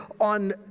on